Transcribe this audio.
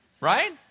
right